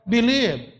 Believe